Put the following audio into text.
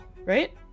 Right